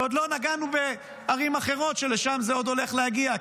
ועוד לא נגענו בערים אחרות שאליהן זה עוד הולך להגיע,